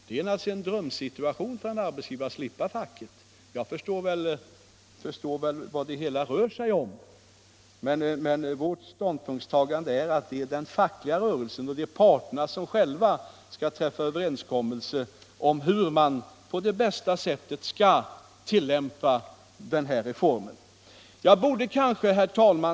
Det är naturligtvis en drömsituation för en arbetsgivare att slippa facket och förhandla direkt med den anställde, och jag förstår vad det egentligen rör sig om, men jag vill redovisa vårt ståndpunktstagande nämligen att det är parterna som skall träffa överenskommelse om hur man på bästa sätt skall tillämpa denna reform i de små företagen. Herr talman!